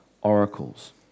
oracles